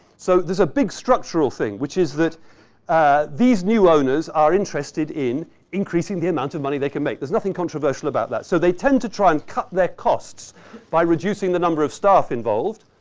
so, there's a big structural thing, which is that these new owners are interested in increasing the amount of money they can make. there's nothing controversial about that. so, they tend to try and cut their costs by reducing the number of staff involved.